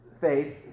faith